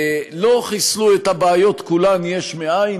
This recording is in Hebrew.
לא חיסלו את הבעיות כולן יש לאין,